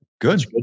Good